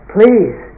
Please